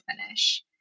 finish